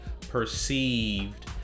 perceived